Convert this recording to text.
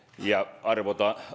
ja arvotamme